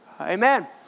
Amen